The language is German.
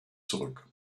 zurück